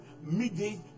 midday